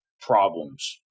problems